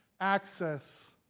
access